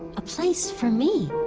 a place for me